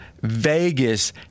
Vegas